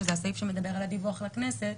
שזה הסעיף שמדבר על הדיווח לכנסת,